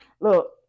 look